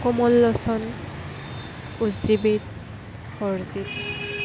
Kamal Lochan Ujjivit Harjit